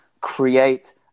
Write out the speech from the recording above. create